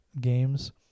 games